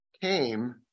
Came